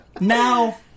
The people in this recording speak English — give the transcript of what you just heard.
Now